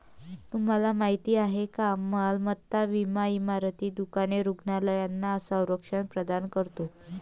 तुम्हाला माहिती आहे का मालमत्ता विमा इमारती, दुकाने, रुग्णालयांना संरक्षण प्रदान करतो